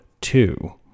two